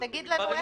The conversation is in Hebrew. זה.